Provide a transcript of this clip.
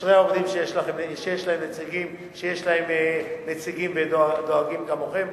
אשרי העובדים שיש להם נציגים דואגים כמוכם.